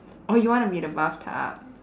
orh you want to be the bathtub